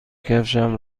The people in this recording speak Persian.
کفشم